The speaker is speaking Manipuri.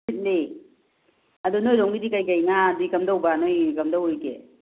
ꯁꯤꯇꯂꯦ ꯑꯗꯣ ꯅꯣꯏꯔꯣꯝꯒꯤꯗ ꯀꯩꯀꯩ ꯉꯥꯗꯤ ꯀꯥꯝꯗꯧꯕ ꯅꯣꯏ ꯀꯝꯗꯧꯔꯤꯒꯦ